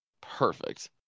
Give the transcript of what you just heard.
Perfect